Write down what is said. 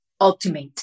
ultimate